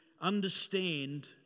understand